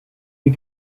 you